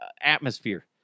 atmosphere